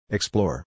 Explore